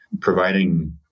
providing